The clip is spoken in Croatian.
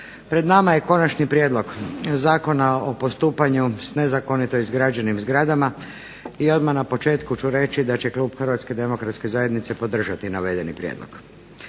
Pred nama je Konačni prijedlog zakona o postupanju sa nezakonito izgrađenim zgradama i odmah na početku ću reći da će Klub Hrvatske demokratske zajednice podržati navedeni prijedlog.